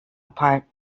part